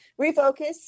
refocus